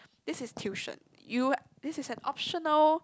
this is tuition you this is an optional